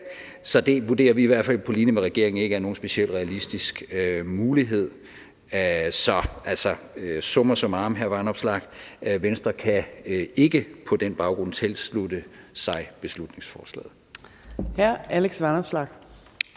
så det vurderer vi på linje med regeringen ikke er nogen specielt realistisk mulighed. Så summa summarum, hr. Alex Vanopslagh, Venstre kan ikke på den baggrund tilslutte sig beslutningsforslaget.